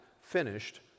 finished